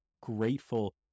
grateful